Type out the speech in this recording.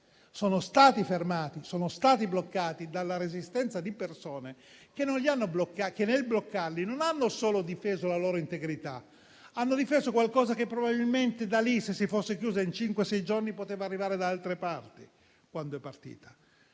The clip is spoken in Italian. sono fermati; sono stati bloccati dalla resistenza di persone che, nel bloccarli, non hanno solo difeso la loro integrità, ma hanno difeso qualcosa che probabilmente da lì, se si fosse chiusa in cinque o sei giorni, poteva arrivare da altre parti. Le condizioni a